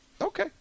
Okay